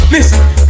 Listen